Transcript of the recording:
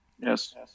Yes